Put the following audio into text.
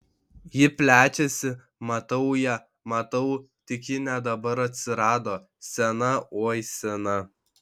ji plečiasi matau ją matau tik ji ne dabar atsirado sena oi sena